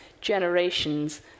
generations